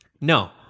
No